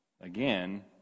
again